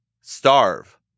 Starve